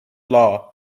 law